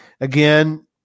Again